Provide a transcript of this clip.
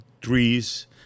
trees